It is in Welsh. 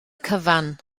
cyfan